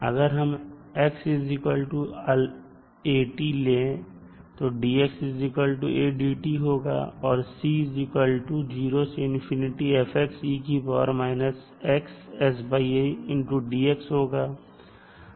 अगर हम x at ले तो dx a dt होगा और होगा